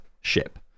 ship